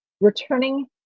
returning